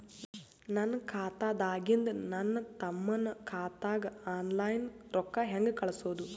ನನ್ನ ಖಾತಾದಾಗಿಂದ ನನ್ನ ತಮ್ಮನ ಖಾತಾಗ ಆನ್ಲೈನ್ ರೊಕ್ಕ ಹೇಂಗ ಕಳಸೋದು?